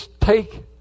take